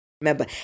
remember